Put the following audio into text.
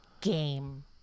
Game